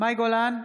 מאי גולן,